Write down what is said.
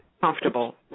comfortable